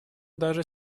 даже